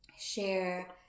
share